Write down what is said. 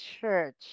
church